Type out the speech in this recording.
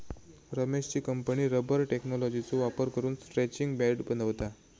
रमेशची company rubber टेक्नॉलॉजीचो वापर करून स्ट्रैचिंग बँड बनवता